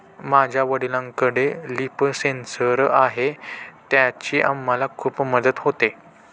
माझ्या वडिलांकडे लिफ सेन्सर आहे त्याची आम्हाला खूप मदत होते